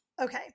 Okay